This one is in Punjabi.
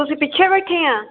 ਤੁਸੀਂ ਪਿੱਛੇ ਬੈਠੇ ਆਂ